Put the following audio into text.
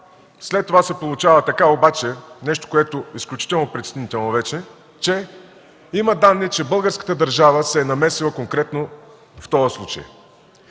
След това се получава така – нещо, което вече е изключително притеснително, че има данни, че българската държава се е намесила конкретно в този случай.